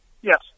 Yes